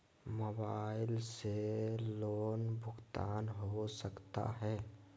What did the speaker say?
Mobile से loan भुगतान हो सकता है?